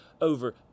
over